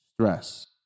stress